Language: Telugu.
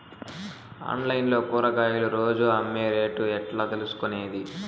ఆన్లైన్ లో కూరగాయలు రోజు అమ్మే రేటు ఎట్లా తెలుసుకొనేది?